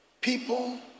people